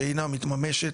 שאינה מתמששות.